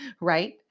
right